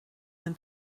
than